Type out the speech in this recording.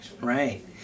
right